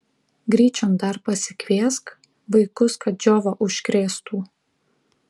gryčion dar pasikviesk vaikus kad džiova užkrėstų